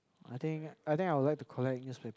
I think I think I would like to collect newspaper